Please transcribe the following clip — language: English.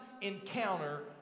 encounter